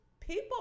people